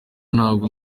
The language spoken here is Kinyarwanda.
ntabwo